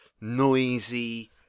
noisy